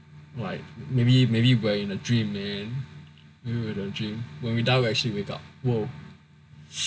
like maybe maybe we are in a dream man we're in a dream then when we die we actually wake up !wow!